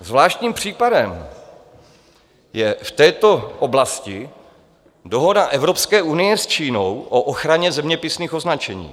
Zvláštním případem je v této oblasti dohoda Evropské unie s Čínou o ochraně zeměpisných označení.